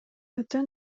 өтө